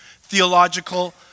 theological